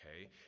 okay